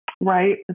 Right